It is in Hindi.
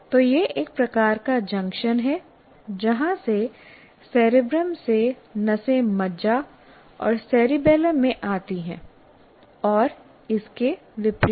तो यह एक प्रकार का जंक्शन है जहां से सेरेब्रम से नसें मज्जा और सेरिबैलम में आती हैं और इसके विपरीत